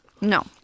No